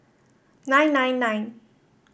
nine nine nine